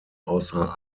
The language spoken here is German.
außer